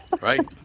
Right